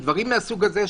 בדברים מהסוג הזה.